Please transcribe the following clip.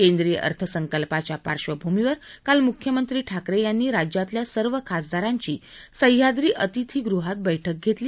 केंद्रीय अर्थसंकल्पाच्या पार्श्वभूमीवर काल मुख्यमंत्री ठाकरे यांनी राज्यातल्या सर्व खासदारांची सद्याद्री अतिथीगृहात बस्के घेतली